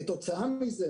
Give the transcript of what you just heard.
כתוצאה מזה,